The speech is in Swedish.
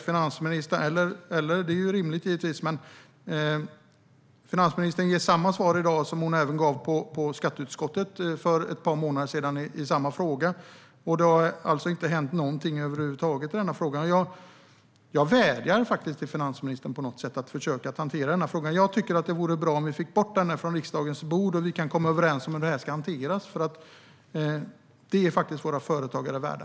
Finansministern ger samma svar i dag som hon gav i samma fråga i skatteutskottet för ett par månader sedan. Det har alltså över huvud taget inte hänt någonting i frågan. Jag vädjar till finansministern att försöka hantera frågan. Det vore bra om vi kunde få bort den från riksdagens bord och komma överens om hur den ska hanteras. Det är våra företagare värda.